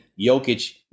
Jokic